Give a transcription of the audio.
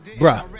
bruh